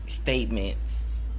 statements